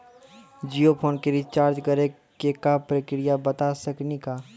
Jio phone के recharge करे के का प्रक्रिया बता साकिनी का?